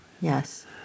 Yes